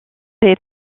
des